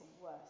worse